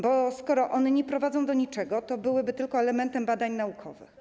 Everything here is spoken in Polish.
Bo skoro one nie prowadzą do niczego, to tylko byłyby elementem badań naukowych”